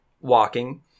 walking